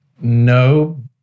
No